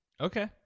Okay